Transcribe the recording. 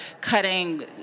cutting